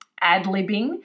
ad-libbing